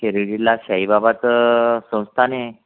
शिर्डीला साईबाबाचं संस्थान आहे